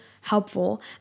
helpful